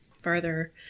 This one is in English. further